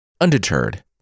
Undeterred